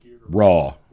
raw